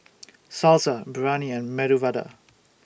Salsa Biryani and Medu Vada